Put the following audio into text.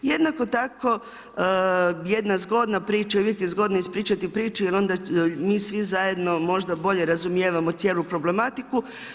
Jednako tako, jedna zgodna priča i uvijek je zgodno ispričati tu priču, jer onda mi svi zajedno možda bolje razumijevamo cijelu problematiku.